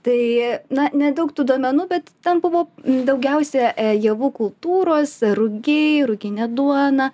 tai na nedaug tų duomenų bet ten buvo daugiausia javų kultūros rugiai ruginė duona